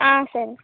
ஆ சரி